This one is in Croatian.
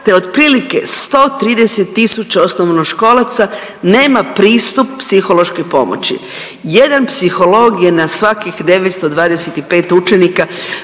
te otprilike 130 tisuća osnovnoškolaca nema pristup psihološkoj pomoći. Jedan psiholog je na svakih 925 učenika.